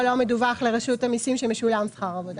לא מדווח לרשות המיסים שמשולם שכר עבודה.